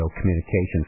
communications